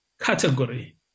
category